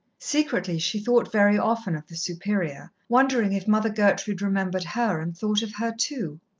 secretly she thought very often of the superior, wondering if mother gertrude remembered her and thought of her too.